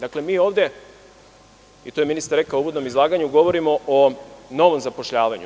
Dakle, mi ovde, i to je ministar rekao u uvodnom izlaganju, govorimo o novom zapošljavanju.